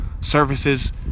services